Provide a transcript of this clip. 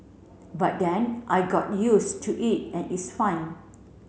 but then I got used to it and its fun